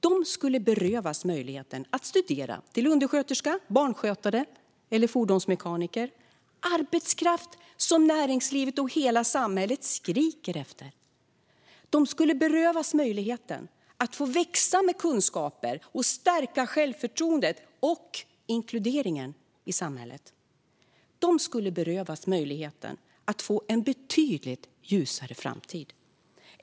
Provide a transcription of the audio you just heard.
De skulle berövas möjligheten att studera till undersköterska, barnskötare eller fordonsmekaniker - arbetskraft som näringslivet och hela samhället skriker efter. De skulle berövas möjligheten att växa med kunskaper som stärker självförtroendet och inkluderingen i samhället. De skulle berövas möjligheten till en betydligt ljusare framtid.